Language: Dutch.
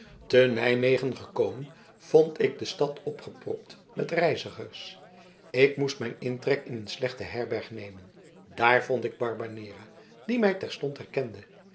te nijmegen gekomen vond ik de stad opgepropt met reizigers ik moest mijn intrek in een slechte herberg nemen daar vond ik barbanera die mij terstond herkende